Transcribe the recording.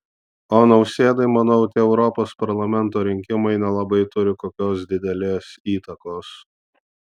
o nausėdai manau tie europos parlamento rinkimai nelabai turi kokios didelės įtakos